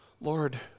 Lord